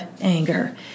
anger